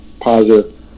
positive